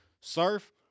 Surf